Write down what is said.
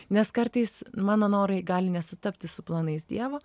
nes kartais mano norai gali nesutapti su planais dievo